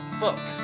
book